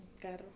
carro